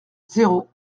zéro